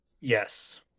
Yes